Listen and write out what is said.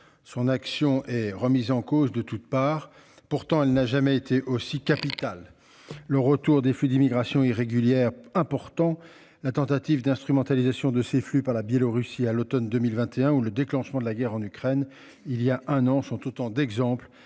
son action est remise en cause de toutes parts, pourtant elle n'a jamais été aussi capital. Le retour des flux d'immigration irrégulière important la tentative d'instrumentalisation de ces flux par la Biélorussie à l'Automne 2021 ou le déclenchement de la guerre en Ukraine il y a un an sont autant d'exemples